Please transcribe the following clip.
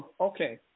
okay